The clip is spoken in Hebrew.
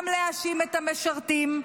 גם להאשים את המשרתים,